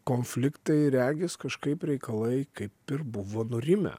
konfliktai regis kažkaip reikalai kaip ir buvo nurimę